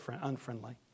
unfriendly